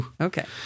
Okay